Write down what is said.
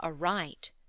aright